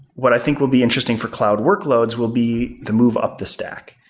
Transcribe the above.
what i think will be interesting for cloud workloads will be the move up the stack.